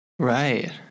Right